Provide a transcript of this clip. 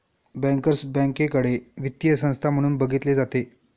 bankers बँकेकडे वित्तीय संस्था म्हणून बघितले जाते